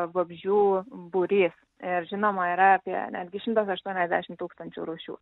vabzdžių būrys ir žinoma yra apie netgi šimtas aštuoniasdešimt tūkstančių rūšių